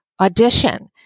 audition